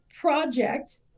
project